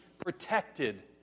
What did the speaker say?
protected